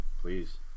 Please